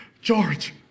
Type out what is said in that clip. George